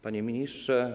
Panie Ministrze!